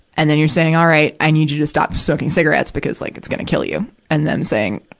and then, you're saying, all right. i need you to stop smoking cigarettes, because, like, it's gonna kill you, and them saying,